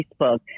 Facebook